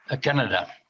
Canada